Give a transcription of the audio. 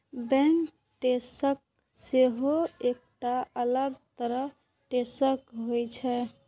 bank tax सेहो एकटा अलग तरह टैक्स होइ छै